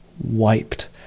wiped